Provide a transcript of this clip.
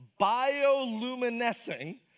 bioluminescing